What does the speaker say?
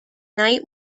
night